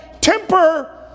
temper